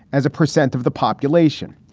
as a percent of the population.